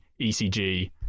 ecg